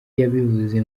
yabivuze